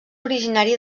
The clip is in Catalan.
originari